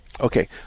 okay